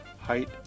height